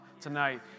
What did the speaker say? tonight